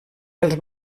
els